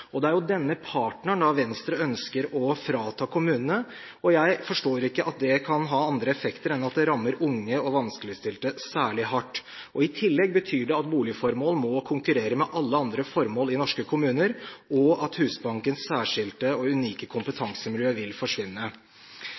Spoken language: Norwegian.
Det er jo denne partneren Venstre nå ønsker å frata kommunene. Jeg forstår ikke at det kan ha andre effekter enn at det rammer unge og vanskeligstilte særlig hardt. I tillegg betyr det at boligformål må konkurrere med alle andre formål i norske kommuner, og at Husbankens særskilte og unike kompetansemiljø vil forsvinne.